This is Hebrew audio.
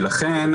לכן,